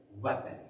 weapon